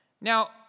Now